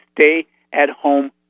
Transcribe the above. stay-at-home